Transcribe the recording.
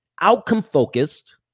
outcome-focused